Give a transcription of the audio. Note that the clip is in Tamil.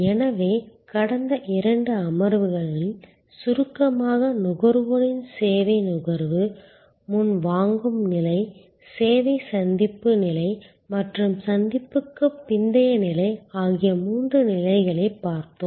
எனவே கடந்த இரண்டு அமர்வுகளில் சுருக்கமாக நுகர்வோரின் சேவை நுகர்வு முன் வாங்கும் நிலை சேவை சந்திப்பு நிலை மற்றும் சந்திப்புக்குப் பிந்தைய நிலை ஆகிய மூன்று நிலைகளைப் பார்த்தோம்